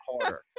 harder